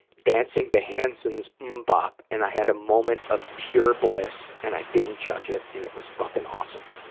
dancing to hanson's mmmbop and i had a moment of pure bliss and i didn't judge it and it was fucking awesome.